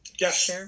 Yes